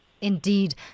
Indeed